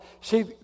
See